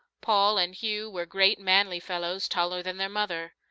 paul and hugh were great manly fellows, taller than their mother.